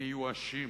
מיואשים